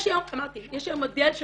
יש היום מודל של